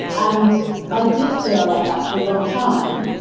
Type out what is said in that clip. and i did feel like that for a long time,